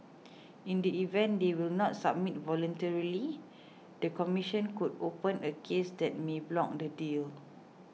in the event they will not submit voluntarily the commission could open a case that may block the deal